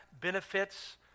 benefits